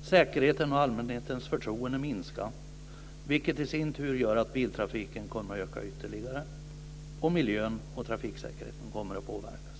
och säkerheten och allmänhetens förtroende kommer att minska. Det gör i sin tur att biltrafiken kommer att öka ytterligare. Miljön och trafiksäkerheten kommer att påverkas.